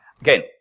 again